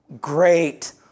Great